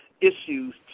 issues